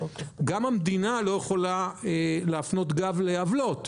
גם המדינה לא יכולה להפנות גב לעוולות,